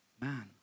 man